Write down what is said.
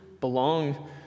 belong